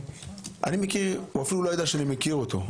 הוא אפילו לא ידע שאני מכיר אותו.